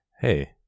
hey